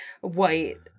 white